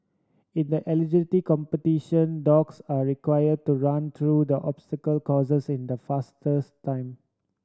in the agility competition dogs are required to run through the obstacle courses in the fastest time